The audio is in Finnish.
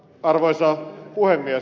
arvoisa puhemies